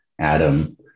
Adam